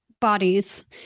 bodies